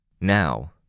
Now